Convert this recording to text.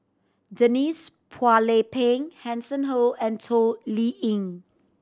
Denise Phua Lay Peng Hanson Ho and Toh Liying